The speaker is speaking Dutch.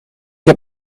heb